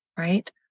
right